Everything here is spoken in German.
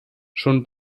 schon